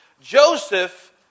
Joseph